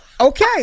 Okay